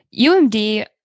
UMD